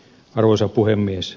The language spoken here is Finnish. arvoisa puhemies